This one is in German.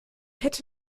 hätte